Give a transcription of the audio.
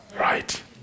Right